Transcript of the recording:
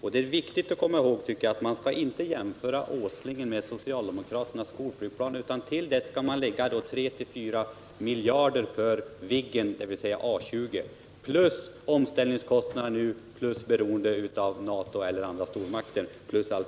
Det är också viktigt att komma ihåg att man inte bör jämföra Åslingen med socialdemokraternas skolflygplan. Här måste man dessutom lägga till 3-4 miljarder kronor för Viggen, dvs. A 20, vidare tillkommer omställningskostnader och beroende av NATO eller andra stormakter.